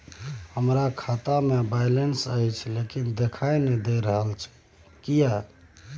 हमरा खाता में बैलेंस अएछ लेकिन देखाई नय दे रहल अएछ, किये?